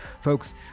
Folks